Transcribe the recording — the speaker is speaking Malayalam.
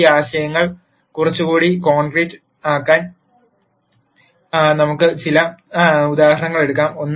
ഈ ആശയങ്ങൾ കുറച്ചുകൂടി ദൃ concrete മാക്കാൻ നമുക്ക് ചില ഉദാഹരണങ്ങൾ എടുക്കാം